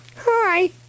hi